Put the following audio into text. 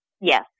Yes